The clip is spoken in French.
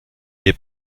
est